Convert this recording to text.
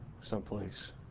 someplace